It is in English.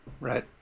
Right